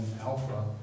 alpha